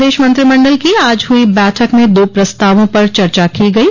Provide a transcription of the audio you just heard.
प्रदेश मंत्रिमंडल की आज हुई बैठक में दो प्रस्तावों पर चर्चा की गयी